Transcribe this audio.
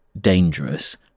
dangerous